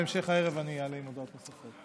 בהמשך הערב אני אעלה עם הודעות נוספות.